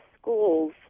schools